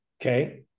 okay